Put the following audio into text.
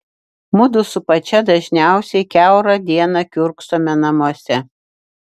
mudu su pačia dažniausiai kiaurą dieną kiurksome namuose